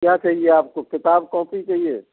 क्या चाहिए आपको किताब कॉपी चाहिए